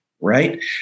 right